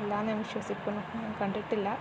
ഇല്ല ഞാൻ വിശ്വസിക്കുന്നു കണ്ടിട്ടില്ല